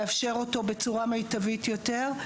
לאפשר אותו בצורה מיטבית יותר,